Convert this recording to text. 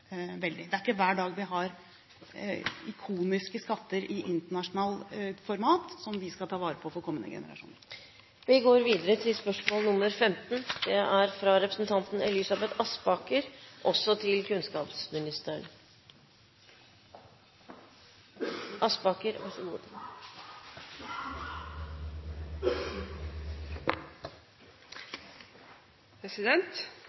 veldig tett. Det er ikke hver dag vi har ikoniske skatter i internasjonalt format som vi skal ta vare på for kommende generasjoner. Jeg har følgende spørsmål til